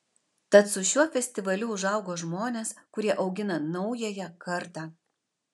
tad su šiuo festivaliu užaugo žmonės kurie augina naująją kartą